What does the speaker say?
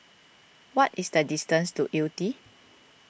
what is the distance to Yew Tee